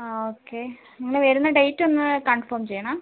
ആ ഓക്കെ നിങ്ങൾ വരുന്ന ഡേറ്റ് ഒന്ന് കൺഫേം ചെയ്യണം